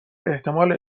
احتمال